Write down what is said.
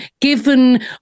given